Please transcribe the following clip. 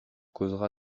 causera